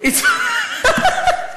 המקשר,